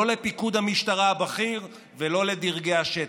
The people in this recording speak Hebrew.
לא לפיקוד המשטרה הבכיר ולא לדרגי השטח.